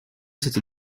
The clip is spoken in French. cette